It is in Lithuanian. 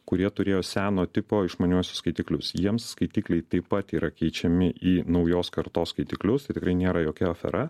kurie turėjo seno tipo išmaniuosius skaitiklius jiems skaitikliai taip pat yra keičiami į naujos kartos skaitiklius ir tikrai nėra jokia afera